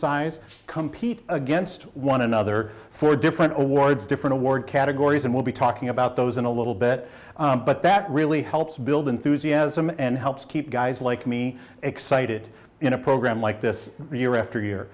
size compete against one another for different awards different award categories and we'll be talking about those in a little bit but that really helps build enthusiasm and helps keep guys like me excited in a program like this year